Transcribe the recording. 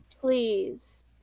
please